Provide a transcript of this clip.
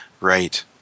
Right